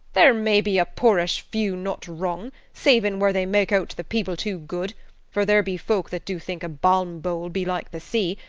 there may be a poorish few not wrong, savin' where they make out the people too good for there be folk that do think a balm-bowl be like the sea,